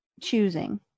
choosing